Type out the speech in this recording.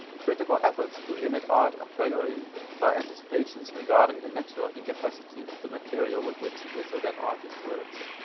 critical efforts to limit art a priori by anticipations regarding the natural incapacity of the material with which this or that artist works,